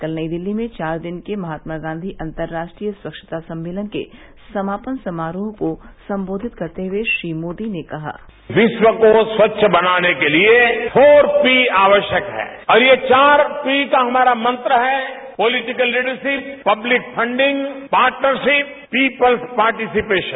कल नई दिल्ली में चार दिन के महात्मा गांधी अंतर्राष्ट्रीय स्वच्छता सम्मेलन के समापन समारोह को संबोधित करते हुए श्री मोदी ने कहा विश्व को स्वच्छ बनाने के लिए फोर पी आकश्यक है और ये चार पी का हमारा मंत्र हैपोलिटिकल leadership public funding partnership people's participation